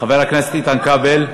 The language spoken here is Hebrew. חבר הכנסת איתן כבל.